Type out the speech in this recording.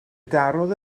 darodd